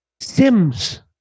Sims